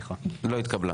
לא התקבלה.